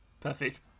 perfect